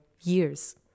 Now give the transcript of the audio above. years